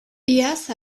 iaz